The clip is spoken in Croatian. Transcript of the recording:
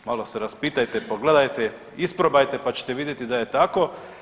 Malo se raspitajte i pogledajte i isprobajte, pa ćete vidjeti da je tako.